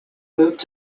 moved